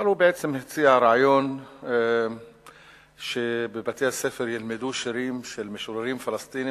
אבל הוא בעצם הציע רעיון שבבתי-הספר ילמדו שירים של משוררים פלסטינים